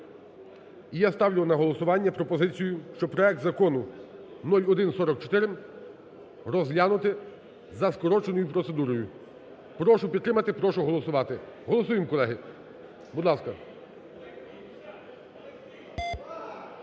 І я ставлю на голосування пропозицію, щоб проект Закону 0144 розглянути за скороченою процедурою. Прошу підтримати, прошу голосувати. Голосуємо, колеги, будь ласка.